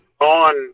on